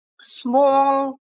small